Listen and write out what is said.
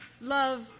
Love